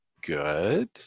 good